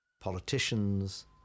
politicians